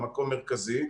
מקום מרכזי.